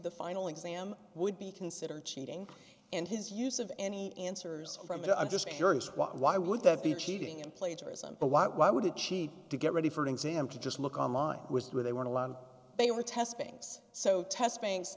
the final exam would be considered cheating and his use of any answers from it i'm just curious why would that be cheating and plagiarism but why why would it cheat to get ready for an exam to just look on line with where they were they were testings so test banks